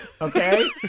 okay